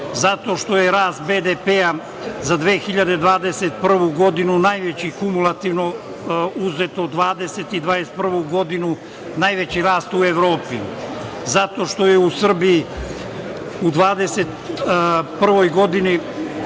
zato što je rast BDP za 2021. godinu najveći kumulativno uzeto 2020. i 2021. godinu, najveći rast u Evropi. Zatim, zato što se u Srbiji u 2021. godini